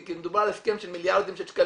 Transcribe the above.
כי מדובר על הסכם של מיליארדים של שקלים,